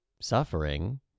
suffering